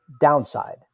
downside